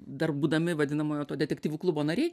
dar būdami vadinamojo to detektyvų klubo nariai